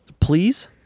please